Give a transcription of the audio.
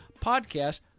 podcast